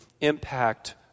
impact